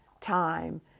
time